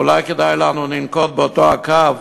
אולי כדאי לנו לנקוט את אותו הקו,